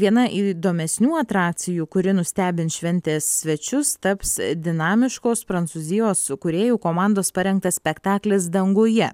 viena įdomesnių atrakcijų kuri nustebins šventės svečius taps dinamiškos prancūzijos kūrėjų komandos parengtas spektaklis danguje